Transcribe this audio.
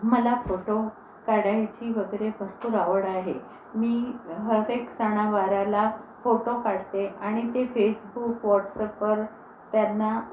मला फोटो काढायची वगैरे भरपूर आवड आहे मी हरेक सणावाराला फोटो काढते आणि ते फेसबुक व्हॉट्स अपवर त्यांना